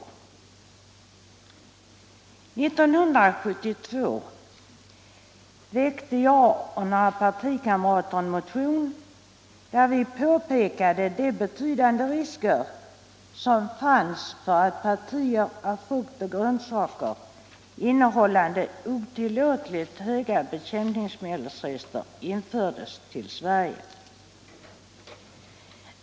År 1972 väckte jag och några partikamrater en motion där vi påpekade de betydande risker som fanns för att partier av frukt och grönsaker innehållande otillåtet höga bekämpningsmedelsrester infördes till Sverige.